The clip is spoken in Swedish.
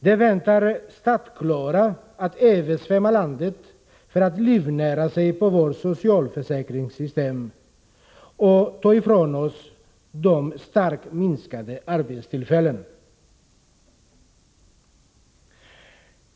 De väntar startklara att översvämma landet för att livnära sig på vårt socialförsäkringssystem och ta ifrån oss de starkt minskande arbetstillfällena.